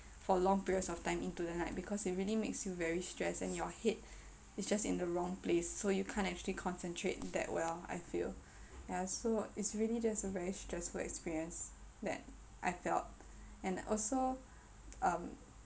for long periods of time into the night because it really makes you very stressed and your head is just in the wrong place so you can't actually concentrate that well I feel ya so its really just a very stressful experience that I felt and also um